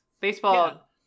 Baseball